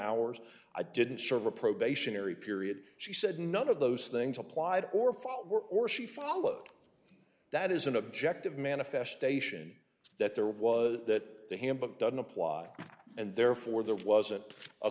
hours i didn't serve a probationary period she said none of those things applied or follow or she followed that is an objective manifestation that there was that the handbook doesn't apply and therefore there wasn't a